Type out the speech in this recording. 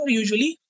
usually